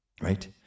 right